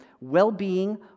well-being